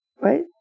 right